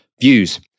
views